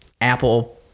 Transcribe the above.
Apple